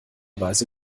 weise